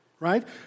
right